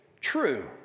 true